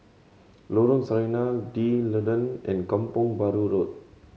Lorong Sarina D'Leedon and Kampong Bahru Road